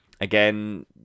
again